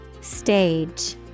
Stage